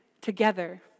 together